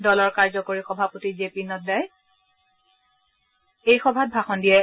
দলৰ কাৰ্যকৰী সভাপতি জে পি নাড্ডাই এই সভাত ভাষণ দিয়ে